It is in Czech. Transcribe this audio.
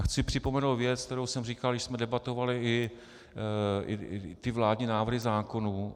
Chci připomenout věc, kterou jsem říkal, když jsme debatovali i vládní návrhy zákonů.